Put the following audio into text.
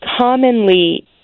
commonly